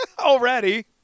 Already